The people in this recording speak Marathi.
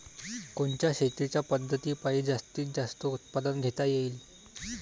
कोनच्या शेतीच्या पद्धतीपायी जास्तीत जास्त उत्पादन घेता येईल?